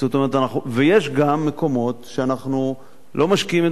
יש גם מקומות שאנחנו לא משקיעים את מלוא הסכום